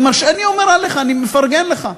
אני אומר עליך, אני מפרגן לך.